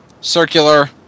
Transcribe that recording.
circular